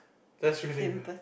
that's really bad